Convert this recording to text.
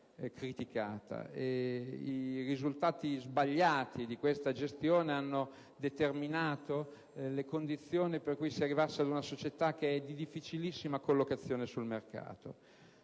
criticata e i risultati sbagliati hanno determinato le condizioni per cui si è arrivati ad una società di difficilissima collocazione sul mercato.